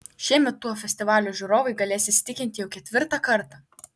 šiemet tuo festivalio žiūrovai galės įsitikinti jau ketvirtą kartą